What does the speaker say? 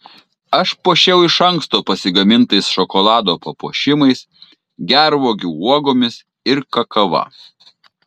aš puošiau iš anksto pasigamintais šokolado papuošimais gervuogių uogomis ir kakava